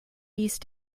these